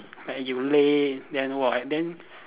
like you late then !wah!